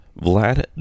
Vlad